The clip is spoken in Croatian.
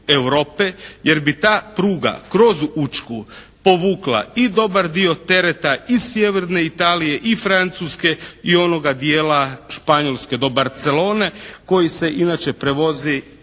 jer bi ta pruga kroz Učku povukla i dobar dio tereta za sjeverne Italije i Francuske i onoga dijela Španjolske do Barcelone koji se inače prevozi preko